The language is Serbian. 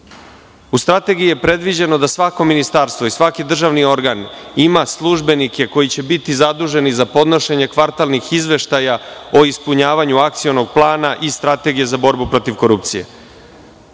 U strategiji je predviđeno da svako ministarstvo i svaki državni organ ima službenike koji će biti zaduženi za podnošenje kvartalnih izveštaja o ispunjavanju akcionog plana i strategije za borbu protiv korupcije.